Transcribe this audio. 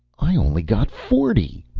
i only got forty!